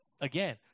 again